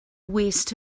waste